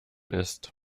ist